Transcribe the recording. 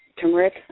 turmeric